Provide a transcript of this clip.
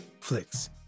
flicks